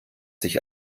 sich